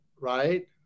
right